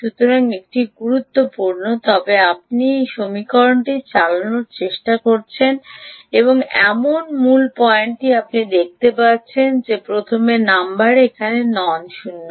সুতরাং এটি গুরুত্বপূর্ণ তবে আপনি এই সমীকরণটিতে চালানোর চেষ্টা করছি এমন মূল পয়েন্টটি আপনি দেখতে পাচ্ছেন এটি প্রথম নম্বরে এটি নন শূন্য